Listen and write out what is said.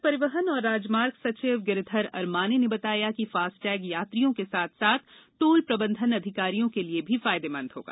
सडक परिवहन और राजमार्ग सचिव गिरिधर अरमाने ने बताया कि फास्टैग यात्रियों के साथ साथ टोल प्रबंधन अधिकारियों के लिए भी फायदेमंद होगा